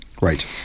Right